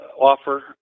offer